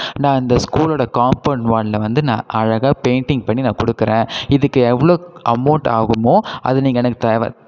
நான் இந்த ஸ்கூலோட கம்பௌண்ட் வாலில் வந்து நான் அழகாக பெயிண்ட்டிங் பண்ணி நான் கொடுக்குறேன் இதுக்கு எவ்வளோ அமௌண்ட் ஆகுமோ அதை நீங்கள் எனக்கு தேவை